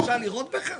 אפשר לירות בך?